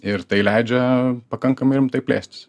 ir tai leidžia pakankamai rimtai plėstis